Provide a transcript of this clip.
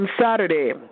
Saturday